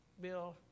Bill